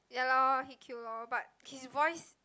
ya lor he cute lor but his voice